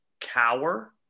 cower